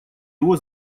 его